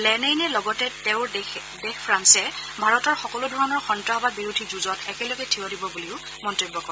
লেনেইনে লগতে তেওঁৰ দেশ ফ্ৰাল্গে ভাৰতৰ সকলোধৰণৰ সন্তাসবাদ বিৰোধী যুঁজত একেলগে থিয় দিব বুলিও মন্তব্য কৰে